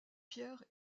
pierre